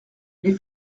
les